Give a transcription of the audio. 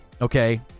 okay